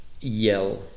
yell